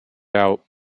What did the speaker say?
out